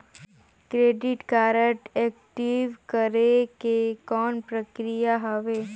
Credit card active करे के कौन प्रक्रिया हवे?